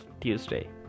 Tuesday